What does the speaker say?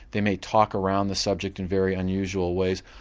they may talk around the subject in very unusual ways,